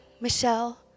Michelle